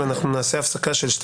אנחנו מדברים על התפיסה שאומרת שאנחנו